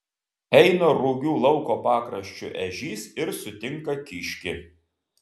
eina rugių lauko pakraščiu ežys ir sutinka kiškį